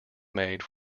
made